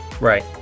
Right